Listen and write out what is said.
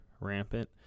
rampant